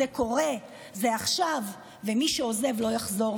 זה קורה, זה עכשיו, ומי שעוזב לא יחזור.